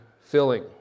filling